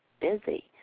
busy